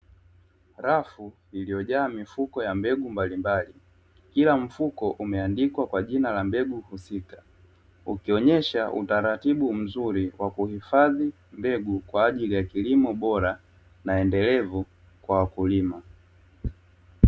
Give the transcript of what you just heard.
Rafu iliyojaa mifuko ya mbegu mbalimbali, kila mfuko umeandikwa kwa jina la mbegu husika, ukionyesha utaratibu mzuri wa kuhifadhi mbegu kwa ajili ya kilimo bora na endelevu kwa wakulima.